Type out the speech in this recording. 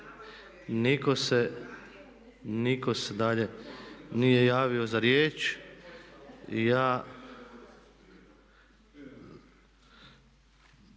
nitko se dalje nije javio za riječ